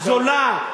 זולה,